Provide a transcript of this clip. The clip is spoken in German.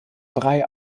drei